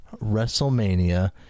WrestleMania